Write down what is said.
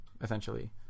essentially